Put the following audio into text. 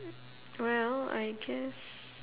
well I guess